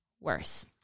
worse